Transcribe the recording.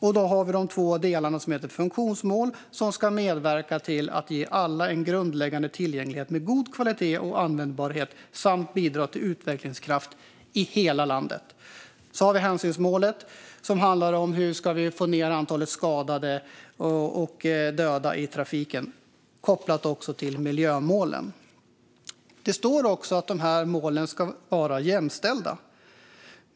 Vi har två delar: Det är funktionsmålet, som ska medverka till att ge alla en grundläggande tillgänglighet, med god kvalitet och användbarhet, samt bidra till utvecklingskraft i hela landet, och så är det hänsynsmålet, som handlar om hur vi ska få ned antalet skadade och döda i trafiken, kopplat också till miljömålen. Det står att dessa mål ska vara jämställda.